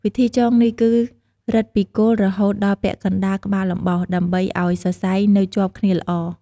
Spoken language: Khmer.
វិធីចងនេះគឺ រឹតពីគល់រហូតដល់ពាក់កណ្ដាលក្បាលអំបោស ដើម្បីឲ្យសរសៃនៅជាប់គ្នាល្អ។